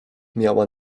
miała